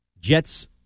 Jets